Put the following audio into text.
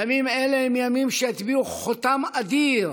ימים אלה הם ימים שיטביעו חותם אדיר